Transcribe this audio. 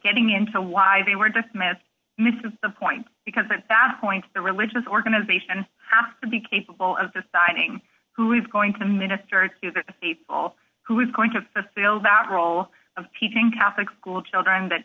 getting into why they were dismissed misses the point because at that point the religious organization would be capable of deciding who is going to minister to the people who is going to fill that role of teaching catholic school children that